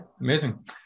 Amazing